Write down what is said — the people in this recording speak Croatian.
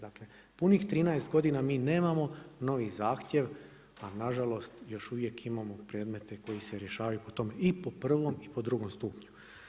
Dakle, punih 13 godina mi nemamo novi zahtjev, a na žalost još uvijek imamo predmete koji se rješavaju po tom i po prvom i po drugom stupnju.